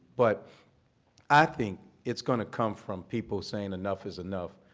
but i think it's going to come from people saying enough is enough.